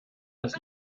das